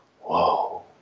whoa